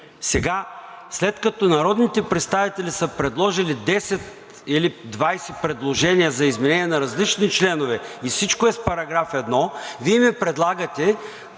лесно. След като народните представители са предложили 10 или 20 предложения за изменение на различни членове и всичко е в § 1, Вие ми предлагате